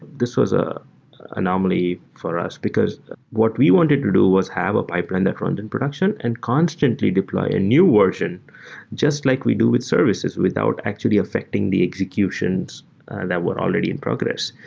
this was an ah anomaly for us because what we wanted to do was have a pipeline that runs in production and constantly deploy a new version just like we do with services without actually affecting the executions that were already in progress.